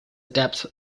depth